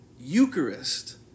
Eucharist